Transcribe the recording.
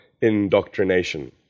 indoctrination